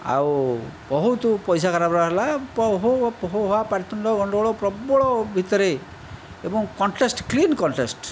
ଆଉ ବହୁତ ପଇସା କାରବାର ହେଲା ବହୁ ହୋ ହା ପାଟିତୁଣ୍ଡ ଗଣ୍ଡଗୋଳ ପ୍ରବଳ ଭିତରେ ଏବଂ କଣ୍ଟେଷ୍ଟ କ୍ଲିନ୍ କଣ୍ଟେଷ୍ଟ